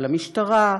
על המשטרה,